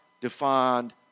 defined